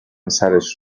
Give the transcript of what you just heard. سرش